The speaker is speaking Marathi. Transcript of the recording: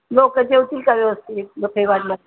लोक जेवतील का व्यवस्थित बापे वाढलं